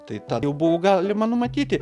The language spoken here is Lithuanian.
tai tą jau buvo galima numatyti